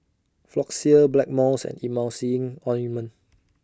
Floxia Blackmores and Emulsying Ointment